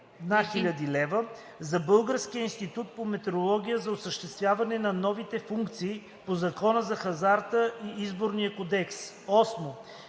за Българския институт по метрология за осъществяване на новите функции по Закона за хазарта и Изборния кодекс. 8.